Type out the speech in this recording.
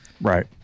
Right